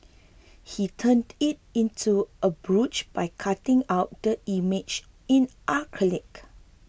he turned it into a brooch by cutting out the image in acrylic